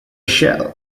shell